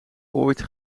ooit